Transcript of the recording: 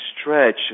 stretch